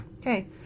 Okay